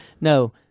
no